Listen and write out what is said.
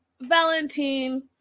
Valentine